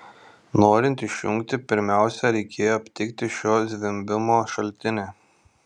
norint išjungti pirmiausia reikėjo aptikti šio zvimbimo šaltinį